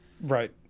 Right